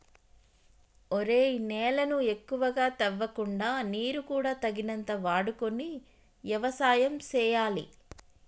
ఒరేయ్ నేలను ఎక్కువగా తవ్వకుండా నీరు కూడా తగినంత వాడుకొని యవసాయం సేయాలి